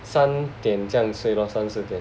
三点这样三四点